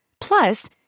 Plus